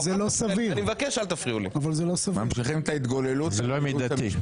ממשיכים גם כאן את ההתגוללות על הייעוץ המשפטי?